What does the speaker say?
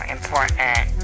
Important